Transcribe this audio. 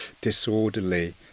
disorderly